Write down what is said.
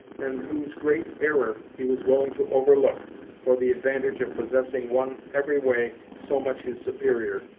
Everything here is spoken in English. and whose great error he was willing to overlook for the advantage of possessing one every way so much his superior,